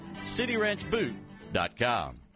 cityranchboot.com